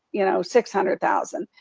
you know, six hundred thousand,